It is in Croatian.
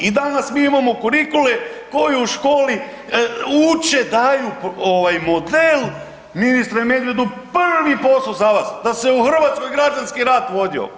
I danas mi imamo kurikule koji u školi uče, daju model ministre Medvedu, prvi posao za vas, da se u Hrvatskoj građanski rat vodio.